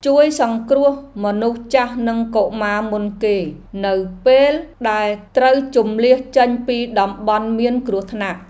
ជួយសង្គ្រោះមនុស្សចាស់និងកុមារមុនគេ នៅពេលដែលត្រូវជម្លៀសចេញពីតំបន់មានគ្រោះថ្នាក់។